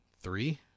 Three